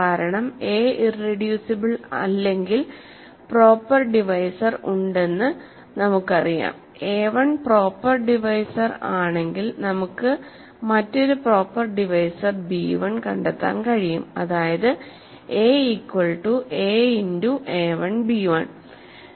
കാരണം a irreducible ആല്ലെങ്കിൽ proper divisor ഉണ്ടെന്ന് നമുക്കറിയാം a1പ്രോപ്പർ ഡിവൈസർ ആണെങ്കിൽ നമുക്ക് മറ്റൊരു പ്രോപ്പർ ഡിവൈസർ b1 കണ്ടെത്താൻ കഴിയും അതായത് a equal to a into a1 b 1